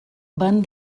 van